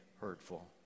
hurtful